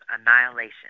annihilation